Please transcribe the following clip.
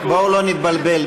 בואו לא נתבלבל.